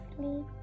sleep